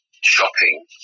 shopping